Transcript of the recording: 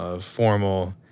formal